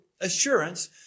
assurance